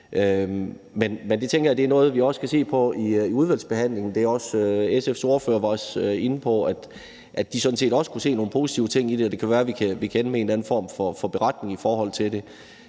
Men jeg tænker, at det også er noget, vi skal se på i udvalgsbehandlingen. SF's ordfører var også inde på, at de sådan set også kunne se nogle positive ting i det, og det kan være, at vi kan ende med en eller anden form for beretning over det.